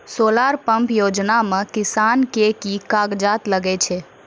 Solar pump योजना म किसान के की कागजात लागै छै?